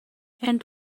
and